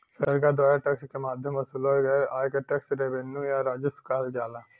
सरकार द्वारा टैक्स क माध्यम वसूलल गयल आय क टैक्स रेवेन्यू या राजस्व कहल जाला